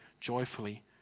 joyfully